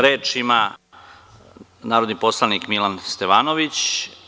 Reč ima narodni poslanik Milan Stevanović.